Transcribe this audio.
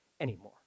anymore